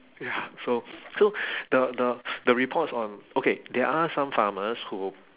ya so so the the the reports on okay there are some farmers who